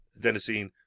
Adenosine